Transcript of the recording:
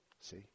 see